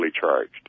charged